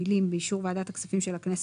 המילים "באישור ועדת הכספים של הכנסת"